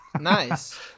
Nice